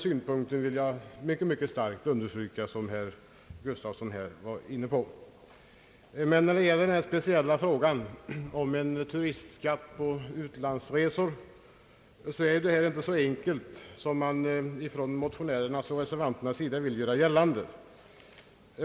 Jag vill mycket starkt understryka den synpunkt som herr Gustafsson i det avseendet varit inne på. Men när det gäller den speciella frågan om en turistskatt på utlandsresor är saken inte så enkel som motionärerna och reservanterna vill göra gällande.